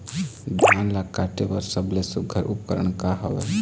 धान ला काटे बर सबले सुघ्घर उपकरण का हवए?